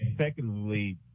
secondly